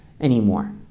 anymore